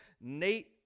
Nate